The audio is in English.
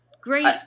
Great